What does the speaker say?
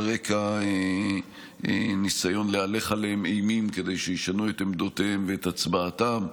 רקע ניסיון להלך עליהם אימים כדי שישנו את עמדותיהם ואת הצבעתם,